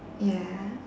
ya